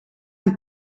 een